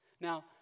Now